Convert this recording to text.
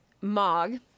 Mog